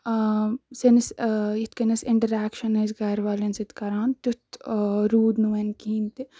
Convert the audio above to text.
سٲنِس یِتھ کَنۍ أسۍ اِنٹرٛیکشَن ٲسۍ گَرٕوالٮ۪ن سۭتۍ کَران تیُتھ روٗد نہٕ وۄنۍ کِہیٖنۍ تہِ